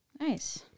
Nice